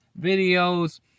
videos